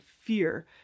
fear